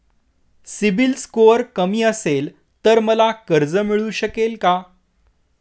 CIBIL score कमी असेल तर मला कर्ज मिळू शकेल का?